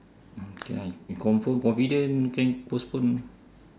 okay ah you you confirm confident can postpone